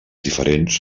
diferents